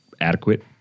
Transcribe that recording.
adequate